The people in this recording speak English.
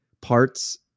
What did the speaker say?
parts